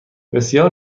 بسیار